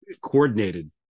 coordinated